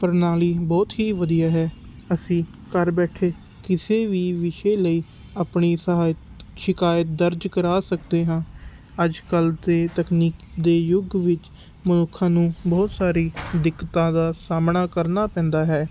ਪ੍ਰਣਾਲੀ ਬਹੁਤ ਹੀ ਵਧੀਆ ਹੈ ਅਸੀਂ ਘਰ ਬੈਠੇ ਕਿਸੇ ਵੀ ਵਿਸ਼ੇ ਲਈ ਆਪਣੀ ਸਹਾਇਤ ਸ਼ਿਕਾਇਤ ਦਰਜ ਕਰਾ ਸਕਦੇ ਹਾਂ ਅੱਜ ਕੱਲ੍ਹ ਦੇ ਤਕਨੀਕੀ ਦੇ ਯੁੱਗ ਵਿੱਚ ਮਨੁੱਖਾਂ ਨੂੰ ਬਹੁਤ ਸਾਰੀ ਦਿੱਕਤਾਂ ਦਾ ਸਾਹਮਣਾ ਕਰਨਾ ਪੈਂਦਾ ਹੈ